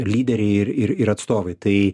lyderiai ir ir atstovai tai